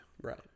Right